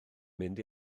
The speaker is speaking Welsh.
mynd